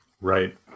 Right